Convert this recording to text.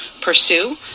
pursue